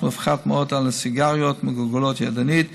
מס מופחת מאוד על סיגריות מגולגלות ידנית,